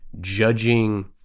judging